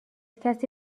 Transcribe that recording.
کسی